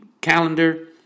calendar